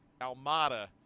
Almada